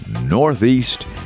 Northeast